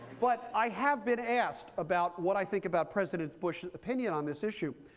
but i have been asked about what i think about president bush's opinion on this issue.